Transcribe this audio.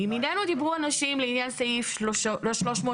מימיננו דיברו אנשים לעניין סעיף 330ח,